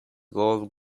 old